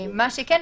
מה שכן,